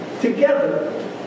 Together